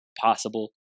possible